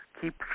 keep